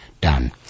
done